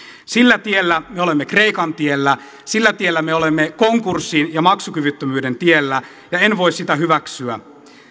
sillä tiellä me olemme kreikan tiellä sillä tiellä me olemme konkurssin ja maksukyvyttömyyden tiellä ja en voi sitä hyväksyä